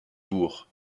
bourg